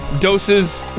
Doses